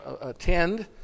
attend